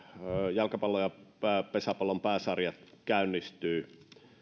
jalkapallon ja pesäpallon pääsarjat käynnistyvät